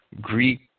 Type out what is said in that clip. Greek